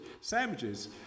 Sandwiches